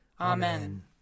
Amen